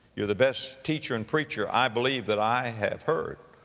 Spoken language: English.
you're the best teacher and preacher i believe that i have heard.